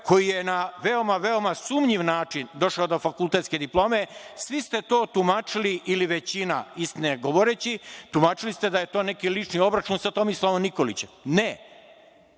koji je na veoma sumnjiv način došao do fakultetske diplome, svi ste to tumačili ili većina, istine govoreći, tumačili ste da je to neki lični obračun sa Tomislavom Nikolićem. Ne.